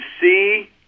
see